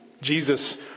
Jesus